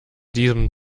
diesem